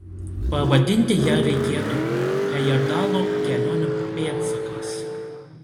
pavadinti ją reikėtų hejerdalo kelionių pėdsakais